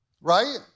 right